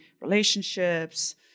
relationships